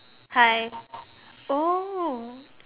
hi oh